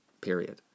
Period